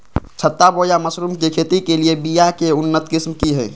छत्ता बोया मशरूम के खेती के लिए बिया के उन्नत किस्म की हैं?